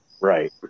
Right